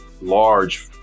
large